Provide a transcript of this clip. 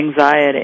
anxiety